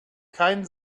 kein